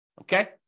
Okay